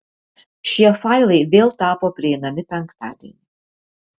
šie failai vėl tapo prieinami penktadienį